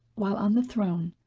while on the throne,